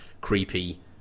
creepy